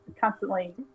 Constantly